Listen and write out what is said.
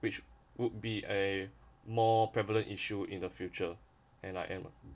which would be a more prevalent issue in the future and I end